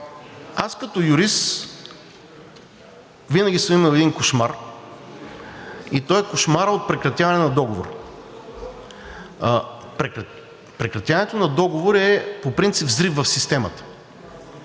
Аз като юрист винаги съм имал един кошмар, и то е кошмарът от прекратяване на договор. Прекратяването на договор е по принцип взрив в системата.